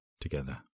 together